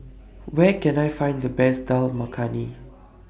Where Can I Find The Best Dal Makhani